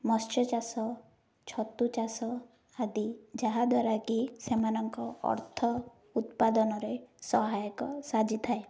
ମତ୍ସ୍ୟଚାଷ ଛତୁ ଚାଷ ଆଦି ଯାହାଦ୍ୱାରା କି ସେମାନଙ୍କ ଅର୍ଥ ଉତ୍ପାଦନରେ ସହାୟକ ସାଜିିଥାଏ